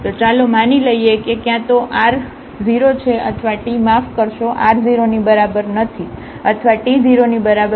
તો ચાલો માની લઈએ કે ક્યાં તો r 0 છે અથવા t માફ કરશો r 0 ની બરાબર નથી અથવા t 0 ની બરાબર નથી